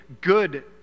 good